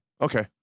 Okay